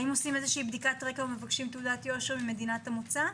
האם עושים בדיקת רקע או מבקשים תעודת יושר ממדינת המוצא?